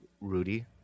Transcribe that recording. Rudy